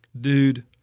dude